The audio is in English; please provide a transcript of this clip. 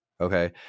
Okay